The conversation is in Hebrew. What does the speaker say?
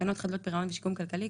תקנות חדלות פירעון ושיקום כלכלי,